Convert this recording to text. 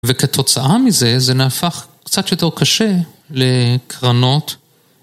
וכתוצאה מזה, זה נהפך קצת יותר קשה לקרנות.